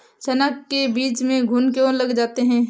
चना के बीज में घुन क्यो लगता है?